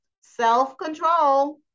self-control